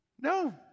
No